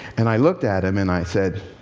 and i looked at him and i said,